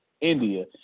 India